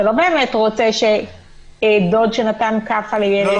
אתה לא באמת רוצה שדוד שנתן כאפה לילד --- תכניס אותו לכלא?